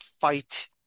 fight